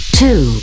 two